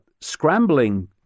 scrambling